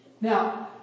Now